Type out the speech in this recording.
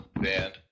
band